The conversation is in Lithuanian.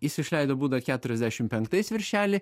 jis išleido būdą keturiasdešim penktais viršelį